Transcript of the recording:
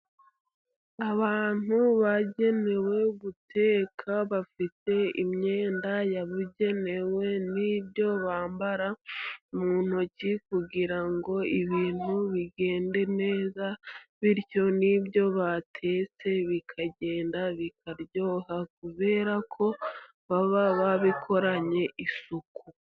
Abantu bagenewe guteka bafite imyenda yabugenewe, n'ibyo bambara mu ntoki kugira ngo ibintu bigende neza, bityo n'ibyo batetse bikagenda bikaryoha kubera ko baba babikoranye isuku.